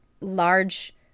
large